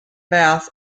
bath